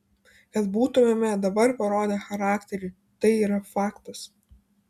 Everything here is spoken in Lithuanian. kad būtumėme dabar parodę charakterį tai yra faktas